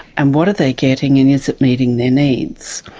and what are they getting, and is it meeting their needs?